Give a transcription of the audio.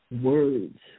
words